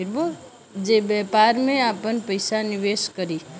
जे व्यापार में आपन पइसा निवेस करी